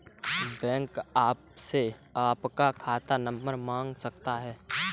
bank आपसे आपका खाता नंबर मांग सकता है